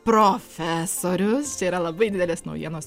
profesorius čia yra labai didelės naujienos